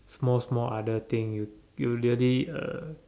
small small other thing you you really uh